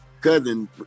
cousin